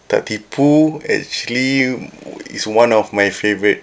tak tipu actually is one of my favourite